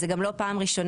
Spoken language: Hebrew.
זו גם לא פעם ראשונה.